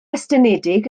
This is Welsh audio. estynedig